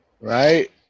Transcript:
Right